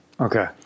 Okay